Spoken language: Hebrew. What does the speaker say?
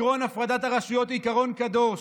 עקרון הפרדת הרשויות הוא עיקרון קדוש,